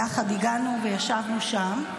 יחד הגענו וישבנו שם.